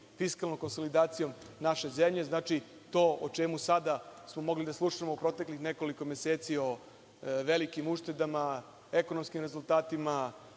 fiskalnom konsolidacijom naše zemlje. Znači, to o čemu sada smo mogli da slušamo proteklih nekoliko meseci o velikim uštedama, ekonomskim rezultatima,